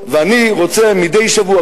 ואני רוצה מדי שבוע,